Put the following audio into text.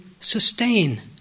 sustain